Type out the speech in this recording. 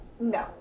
no